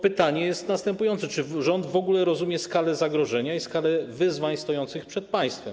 Pytanie jest następujące: Czy rząd w ogóle rozumie skalę zagrożenia i skalę wyzwań stojących przed państwem?